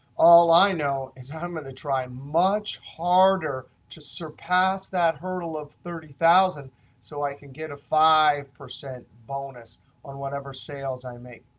all i know is i'm going to try much harder to surpass that hurdle of thirty thousand dollars so i can get a five percent bonus on whatever sales i make.